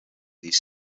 these